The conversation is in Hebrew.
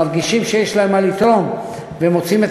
מרגישים שיש להם מה לתרום ומוצאים את